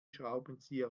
schraubenzieher